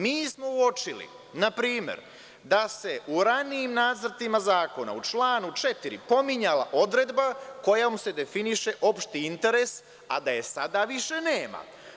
Mi smo uočili, na primer, da se u ranijim nacrtima zakona u članu 4. pominjala odredba kojom se definiše opšti interes, a da je sada više nema.